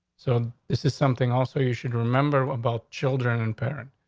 so this is something. also, you should remember about children and parents.